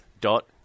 dot